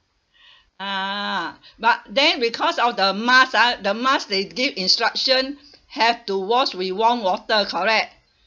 ah but then because of the mask ah the mask they give instruction have to wash with warm water correct